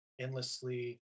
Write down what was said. endlessly